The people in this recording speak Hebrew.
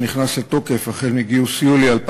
שנכנס לתוקף החל בגיוס יולי 2015,